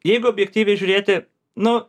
jeigu objektyviai žiūrėti nu